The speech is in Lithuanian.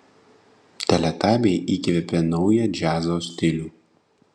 teletabiai įkvėpė naują džiazo stilių